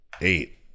Eight